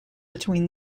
between